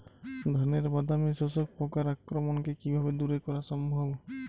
ধানের বাদামি শোষক পোকার আক্রমণকে কিভাবে দূরে করা সম্ভব?